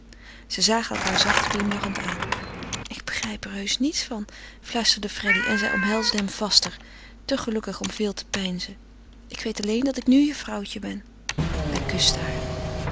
zij zagen elkaâr zacht glimlachend aan ik begrijp er heusch niets van fluisterde freddy en omhelsde hem vaster te gelukkig om veel te peinzen ik weet alleen dat ik nu je vrouwtje ben hij kuste haar